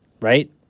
Right